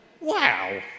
Wow